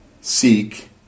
seek